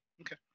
Okay